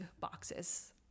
boxes